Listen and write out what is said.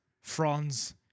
Franz